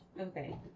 Okay